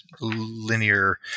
linear